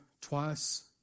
twice